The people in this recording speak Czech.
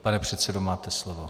Pane předsedo, máte slovo.